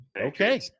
Okay